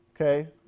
Okay